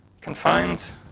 confines